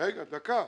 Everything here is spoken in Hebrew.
רגע, דקה.